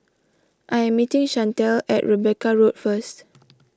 I am meeting Chantel at Rebecca Road first